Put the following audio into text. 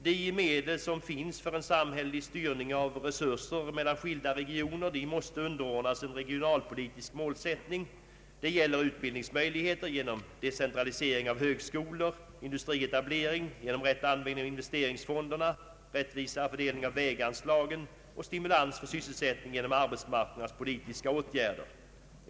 De medel som finns för en samhällelig styrning av resurserna mellan skilda regioner måste underordnas en regionalpolitisk målsättning. Det gäller utbildningsmöjligheter genom decentralisering av högskolor, industrietablering genom rätt användning av investeringsfonderna, rättvisare fördelning av väganslagen samt stimulans och sysselsättning genom arbetsmarknadspolitiska åtgärder.